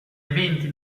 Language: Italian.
eventi